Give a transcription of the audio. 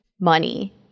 Money